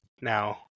now